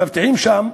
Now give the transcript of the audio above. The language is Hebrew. המאבטחים שם,